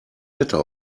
wetter